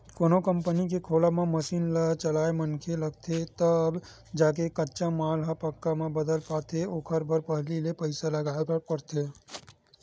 कोनो कंपनी के खोलब म मसीन चलइया मनखे लगथे तब जाके कच्चा माल ह पक्का म बदल पाथे ओखर बर पहिली ले पइसा लगाय बर परथे